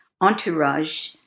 entourage